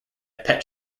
pet